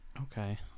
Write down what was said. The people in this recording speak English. Okay